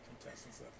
contestants